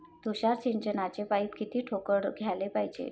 तुषार सिंचनाचे पाइप किती ठोकळ घ्याले पायजे?